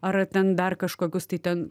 ar ten dar kažkokius tai ten